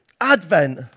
Advent